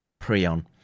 prion